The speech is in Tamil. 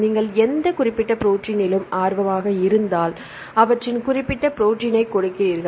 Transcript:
நீங்கள் எந்த குறிப்பிட்ட ப்ரோடீனிலும் ஆர்வமாக இருந்தால் அவற்றின் குறிப்பிட்ட ப்ரோடீனை கொடுக்கிறீர்கள்